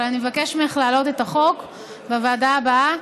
אבל אני אבקש ממך להעלות את החוק בוועדה הבאה,